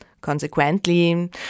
Consequently